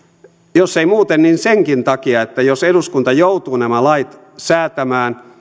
jos ei muuten niin senkin takia että jos eduskunta joutuu nämä lait säätämään